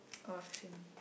oh same